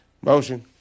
Motion